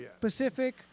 Pacific